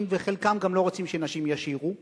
וחלקם גם לא רוצים שנשים ישירו בכלל,